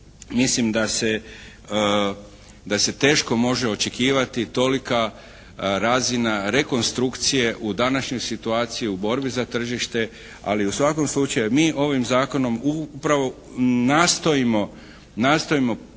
se, da se teško može očekivati tolika razina rekonstrukcije u današnjoj situaciji, u borbi za tržište ali u svakom slučaju mi ovim zakonom upravo nastojimo, nastojimo